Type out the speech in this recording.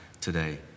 today